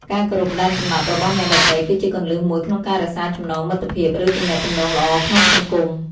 ការគោរពដែនកំណត់របស់អ្នកដទៃ គឺជាគន្លឹះមួយក្នុងការរក្សាចំណងមិត្តភាព ឬទំនាក់ទំនងល្អក្នុងសង្គម។